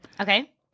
Okay